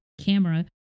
camera